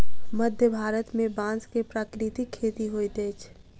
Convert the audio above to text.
मध्य भारत में बांस के प्राकृतिक खेती होइत अछि